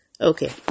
Okay